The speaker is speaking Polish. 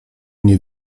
nie